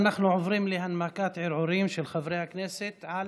אנחנו עוברים להנמקת ערעורים של חברי הכנסת על